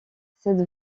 cette